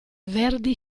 verdi